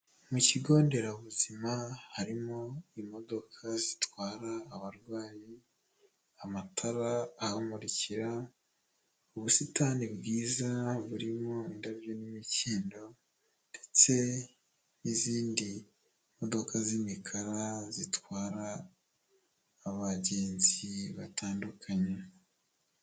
Mu kigo nderabuzima, harimo imodoka zitwara abarwayi, amatara ahamurikira, ubusitani bwiza, burimo indabyo n'imikindo ndetse n'izindi modoka z'imikara zitwara abagenzi batandukanye.